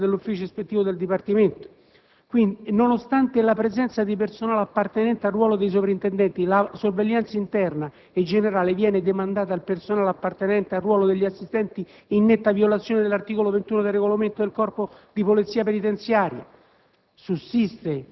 del capo del Dipartimento e dell'ufficio ispettivo del Dipartimento, in quanto, nonostante la presenza di personale appartenente al ruolo dei soprintendenti, la sorveglianza interna e generale viene demandata al personale appartenente al ruolo degli assistenti, in netta violazione dell'articolo 21 del regolamento del Corpo di polizia penitenziaria.